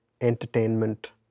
entertainment